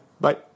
Bye